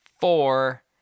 Four